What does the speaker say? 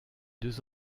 deux